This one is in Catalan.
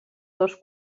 dos